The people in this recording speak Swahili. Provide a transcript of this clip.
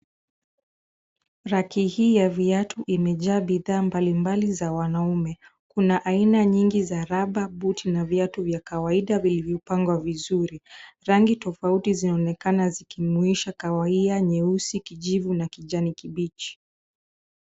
Raki hii ya viatu imejaa bidhaa mbalimbali za wanaume. Kuna aina nyingi za rubber , buti na viatu vya kawaida vilivyopangwa vizuri. Rangi tofauti zinaonekana zikijumuisha kahawia, nyeusi na kijani kibichi.